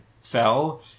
fell